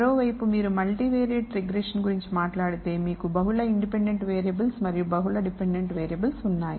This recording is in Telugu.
మరోవైపు మీరు మల్టీవిరియట్ రిగ్రెషన్ గురించి మాట్లాడితే మీకు బహుళ ఇండిపెండెంట్ వేరియబుల్స్ మరియు బహుళ డిపెండెంట్ వేరియబుల్స్ ఉన్నాయి